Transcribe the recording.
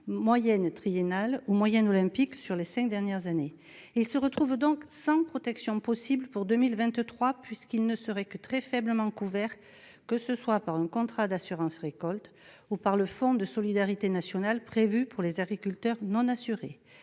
moyenne triennale ou moyenne olympique. Ils se retrouvent donc sans protection possible pour 2023, puisqu'ils ne seraient que très faiblement couverts, que ce soit par un contrat d'assurance récolte ou par le fonds de solidarité nationale prévu pour les agriculteurs non assurés.